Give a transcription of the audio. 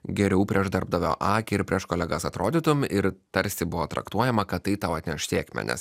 geriau prieš darbdavio akį ir prieš kolegas atrodytum ir tarsi buvo traktuojama kad tai tau atneš sėkmę nes